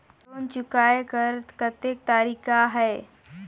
Loan चुकाय कर कतेक तरीका है?